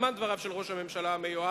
בזמן דבריו של ראש הממשלה המיועד,